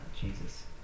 Jesus